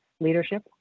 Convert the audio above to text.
leadership